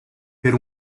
per